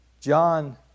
John